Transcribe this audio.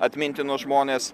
atmintinus žmones